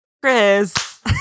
Chris